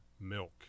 milk